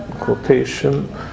quotation